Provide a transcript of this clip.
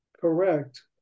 correct